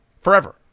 Forever